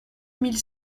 mille